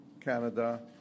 Canada